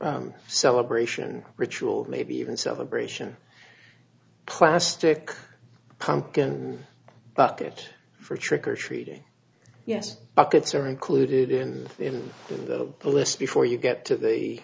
celebration ritual maybe even celebration plastic pumpkin bucket for trick or treating yes buckets are included in the list before you get to the